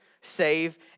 save